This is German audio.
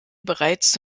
bereits